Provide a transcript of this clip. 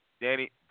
Danny